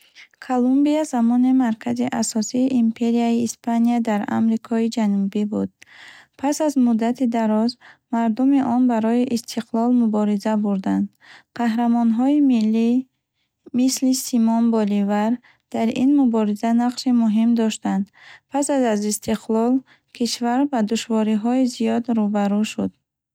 Колумбия замоне маркази асосии Империяи Испания дар Амрикои Ҷанубӣ буд. Пас аз муддати дароз, мардуми он барои истиқлол мубориза бурданд. Қаҳрамонҳои миллӣ, мисли Симон Боливар, дар ин мубориза нақши муҳим доштанд. Пас аз аз истиқлол, кишвар бо душвориҳои зиёд рӯ ба рӯ шуд.